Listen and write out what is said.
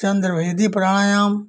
चन्द्रभेदी प्राणायाम